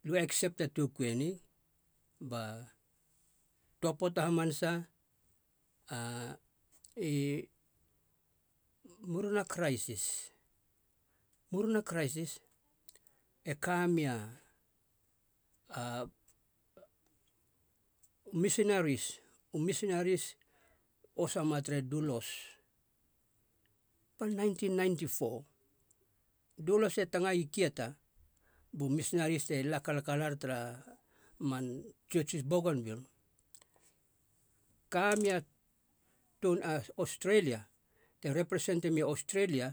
Aliu eksept a toukui eni ba töa poata hamanasa a- i- muruna kraisis murina kraisis e kamia u misinaris u misinaris i osa ma tere dulos, pal nineteen ninety four. Dulos e tangai kieta bu misinaris te la kalakalar tara man tsiotsi bougainville. ka mia toun aus- australia te representima i autralia